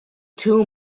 two